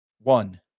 One